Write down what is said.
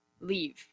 Leave